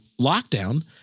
lockdown